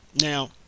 Now